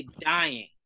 dying